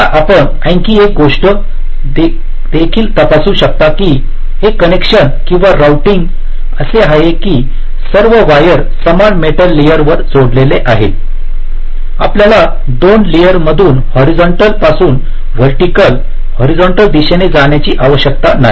आता आपण आणखी एक गोष्ट देखील तपासू शकता की हे कनेक्शन किंवा रोऊटिंग असे आहे की सर्व वायर समान मेटल लेयरवर जोडलेले आहेत आपल्याला 2 लेयरमधून हॉरिझंटल पासून व्हर्टिकल हॉरिझंटल दिशेने जाण्याची आवश्यकता नाही